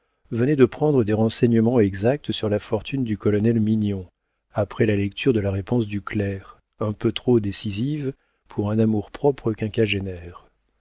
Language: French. venait de prendre des renseignements exacts sur la fortune du colonel mignon après la lecture de la réponse du clerc un peu trop décisive pour un amour-propre quinquagénaire